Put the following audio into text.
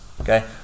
Okay